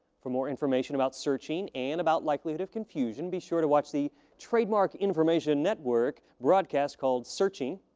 for more information about searching and about likelihood of confusion, be sure to watch the trademark information network broadcast called searching.